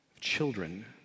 children